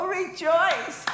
rejoice